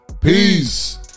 Peace